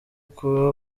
kuba